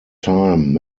time